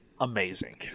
amazing